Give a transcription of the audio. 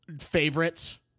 favorites